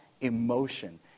emotion